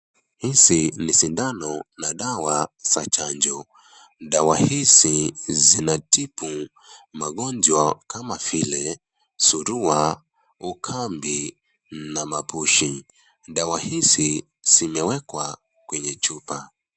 hizi ni sindano na dawa za chanjo dawa hizi zinatibu magonjwa kama